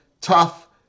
tough